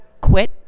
quit